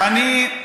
אני,